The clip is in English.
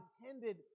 intended